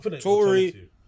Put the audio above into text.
Tory